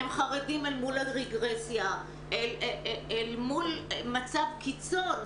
הם חרדים אל מול הרגרסיה, אל מול מצב קיצון.